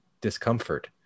discomfort